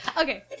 Okay